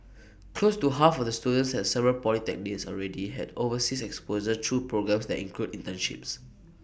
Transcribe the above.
close to half of the students at several polytechnics already have overseas exposure through programmes that include internships